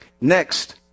Next